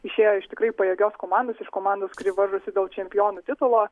išėjo iš tikrai pajėgios komandos iš komandos kuri varžosi dėl čempionų titulo